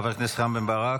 חבר הכנסת רם בן ברק,